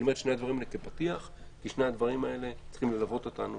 אני אומר את שני הדברים כפתיח כי שניהם צריכים ללוות אותנו